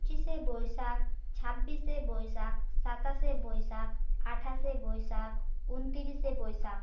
পঁচিশে বৈশাখ ছাব্বিশে বৈশাখ সাতাশে বৈশাখ আঠাশে বৈশাখ উনতিরিশে বৈশাখ